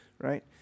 right